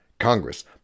Congress